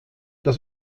das